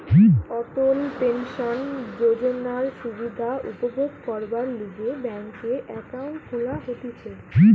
অটল pension যোজনার সুবিধা উপভোগ করবার লিগে ব্যাংকে একাউন্ট খুলা হতিছে